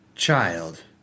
Child